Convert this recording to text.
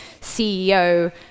CEO